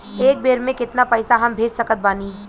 एक बेर मे केतना पैसा हम भेज सकत बानी?